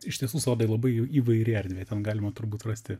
iš tiesų sodai labai į įvairi erdvė ten galima turbūt rasti